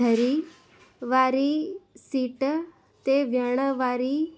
धरी वारी सीट ते विहण वारी